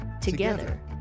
Together